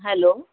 hello